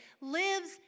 lives